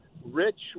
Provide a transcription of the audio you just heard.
rich